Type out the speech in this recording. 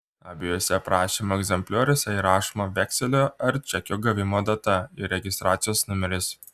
abiejuose prašymo egzemplioriuose įrašoma vekselio ar čekio gavimo data ir registracijos numeris